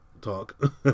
talk